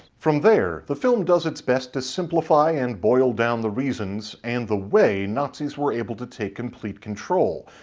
from there, the film does its best to simplify and boil down the reasons and the way nazis were able to take complete control.